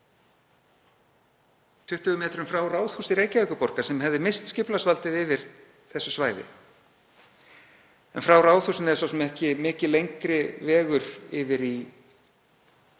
20 m frá Ráðhúsi Reykjavíkurborgar sem hefði misst skipulagsvaldið yfir þessu svæði. En frá Ráðhúsinu er svo sem ekki mikið lengri vegur yfir á